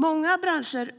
Många branscher